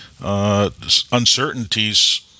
uncertainties